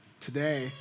Today